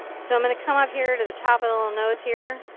so i'm going to come up here to the top of the little nose here.